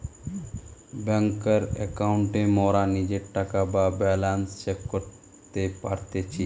বেংকের একাউন্টে মোরা নিজের টাকা বা ব্যালান্স চেক করতে পারতেছি